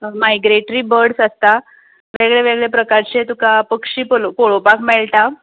migratory birds आसतात थंय तुका वेगळे वेगळे प्रकारचे पक्षी पळोवपाक मेळटा